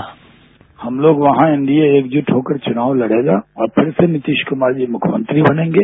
sound bite हमलोग वहां NDA एकजुट होकर चुनाव लडेगा और फिर से नितीश कुमार जी मुख्यमंत्री बनेंगे